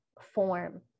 form